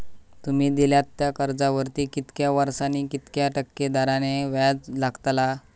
तुमि दिल्यात त्या कर्जावरती कितक्या वर्सानी कितक्या टक्के दराने व्याज लागतला?